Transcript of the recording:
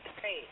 Great